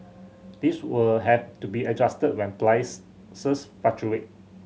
these will have to be adjusted when price fluctuate